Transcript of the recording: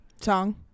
Song